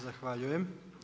Zahvaljujem.